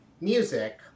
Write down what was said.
music